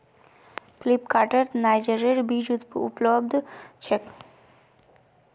फ्लिपकार्टत नाइजरेर बीज उपलब्ध छेक